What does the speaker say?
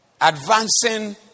advancing